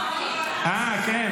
לא, היית פה, אה, כן.